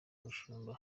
mushumba